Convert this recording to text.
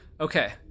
okay